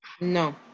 no